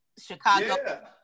Chicago